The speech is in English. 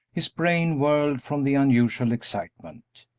his brain whirled from the unusual excitement.